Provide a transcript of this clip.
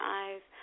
eyes